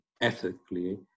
ethically